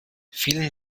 vielen